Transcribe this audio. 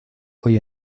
hoy